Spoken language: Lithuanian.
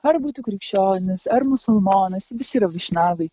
ar būtų krikščionis ar musulmonas visi yra vyšnavai